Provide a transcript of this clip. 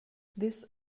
this